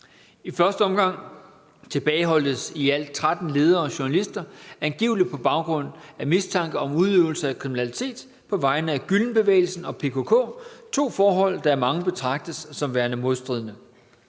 I første omgang tilbageholdtes i alt 13 ledere og journalister angivelig på baggrund af mistanke om udøvelse af kriminalitet på vegne af Gülenbevægelsen og PKK – to forhold, der af mange betragtes som værende modstridende.